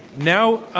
now,